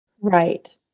Right